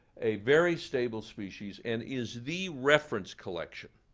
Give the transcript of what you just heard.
a very stable species. and is the reference collection,